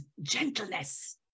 gentleness